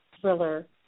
thriller